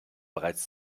bereits